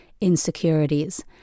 insecurities